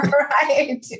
right